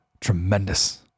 tremendous